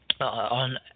on